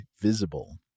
Visible